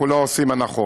אנחנו לא עושים הנחות,